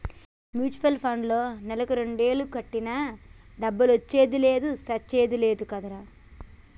mutual పండ్లో నెలకు రెండేలు కట్టినా ఆ డబ్బులొచ్చింది లేదు సచ్చింది లేదు కదరా